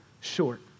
short